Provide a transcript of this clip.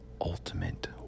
Ultimate